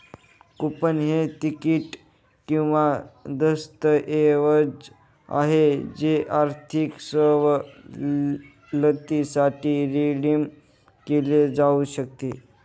coupon हे तिकीट किंवा दस्तऐवज आहे जे आर्थिक सवलतीसाठी रिडीम केले जाऊ शकते